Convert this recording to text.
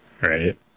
Right